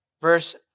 verse